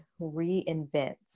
reinvent